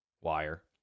wire